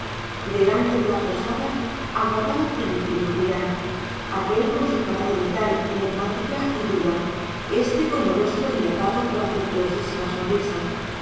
delante de la posada aguardaban primitivo y julián aquél con su cara de metal enigmática y dura éste con el rostro dilatado por afectuosísima sonrisa